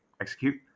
execute